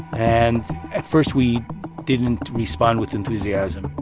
and at first, we didn't respond with enthusiasm,